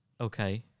Okay